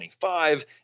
25